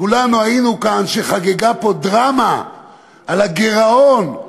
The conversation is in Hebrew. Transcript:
כולנו היינו כאן כשחגגה פה דרמה על הגירעון,